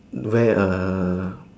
wear a